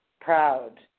proud